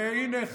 והינה,